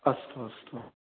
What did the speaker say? अस्तु अस्तु